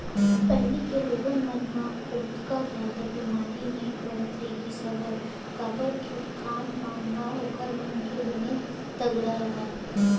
पहिली के लोगन मन ह ओतका जादा बेमारी नइ पड़त रिहिस हवय काबर के खान पान ह ओखर मन के बने तगड़ा राहय